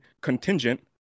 contingent